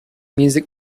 music